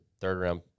third-round